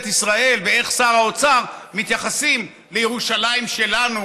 ישראל ואיך שר האוצר מתייחסים לירושלים שלנו,